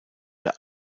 der